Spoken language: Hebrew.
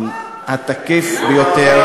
באופן התקיף ביותר.